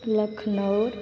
Lucknow